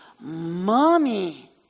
mommy